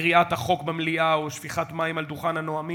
קריעת החוק במליאה או שפיכת מים על דוכן הנואמים,